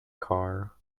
car